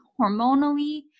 hormonally